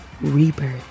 Rebirth